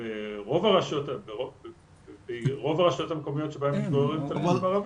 שברוב הרשויות המקומיות שבהם מתגוררים תלמידים ערבים,